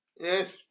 Yes